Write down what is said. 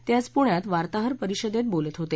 ते आज प्ण्यात वार्ताहर परीषदेत बोलत होते